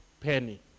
penny